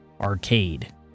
arcade